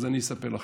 אז אני אספר לכם.